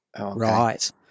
Right